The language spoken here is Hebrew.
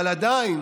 אבל עדיין